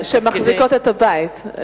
שמחזיקות את הבית.